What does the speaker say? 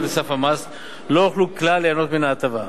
לסף המס לא יוכלו כלל ליהנות מן ההטבה.